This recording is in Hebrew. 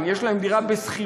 אם יש להם דירה בשכירות,